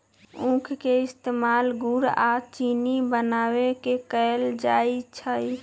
उख के इस्तेमाल गुड़ आ चिन्नी बनावे में कएल जाई छई